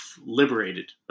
liberated